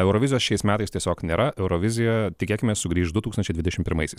eurovizijos šiais metais tiesiog nėra eurovizija tikėkimės sugrįš du tūkstančiai dvidešim pirmaisiais